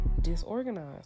disorganized